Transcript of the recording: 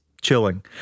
chilling